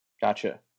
Gotcha